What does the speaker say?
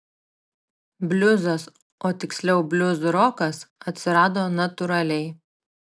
bliuzas o tiksliau bliuzrokas atsirado natūraliai